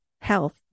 health